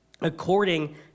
according